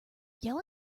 yell